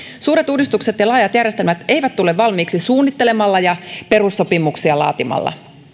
suuret uudistukset ja laajat järjestelmät eivät tule valmiiksi suunnittelemalla ja perussopimuksia laatimalla